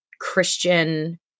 Christian